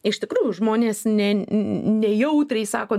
iš tikrųjų žmonės ne nejautriai sako